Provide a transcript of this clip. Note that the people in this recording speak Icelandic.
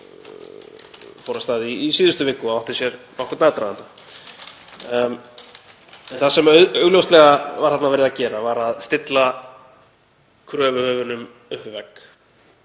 fór af stað í síðustu viku og átti sér nokkurn aðdraganda. Það sem augljóslega var þarna verið að gera var að stilla kröfuhöfum upp við